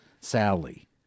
Sally